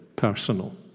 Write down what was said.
personal